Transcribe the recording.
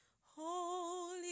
Holy